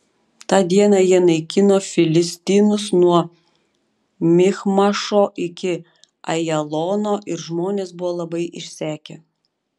tą dieną jie naikino filistinus nuo michmašo iki ajalono ir žmonės buvo labai išsekę